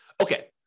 Okay